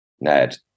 Ned